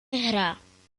hra